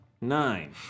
Nine